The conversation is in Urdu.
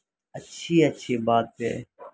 اچھی اچھی باتیں